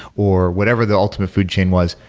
or whatever the ultimate food chain was.